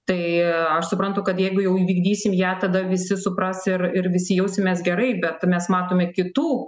tai aš suprantu kad jeigu jau įvykdysim ją tada visi supras ir ir visi jausimės gerai bet mes matome kitų